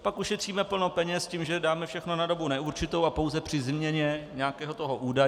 Pak ušetříme plno peněz, že dáme všechno na dobu neurčitou a pouze při změně nějakého toho údaje přijdeme